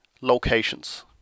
locations